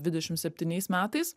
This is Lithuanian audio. dvidešim septyniais metais